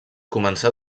començà